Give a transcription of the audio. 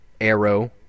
Arrow